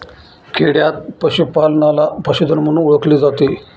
खेडयांत पशूपालनाला पशुधन म्हणून ओळखले जाते